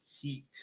heat